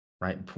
right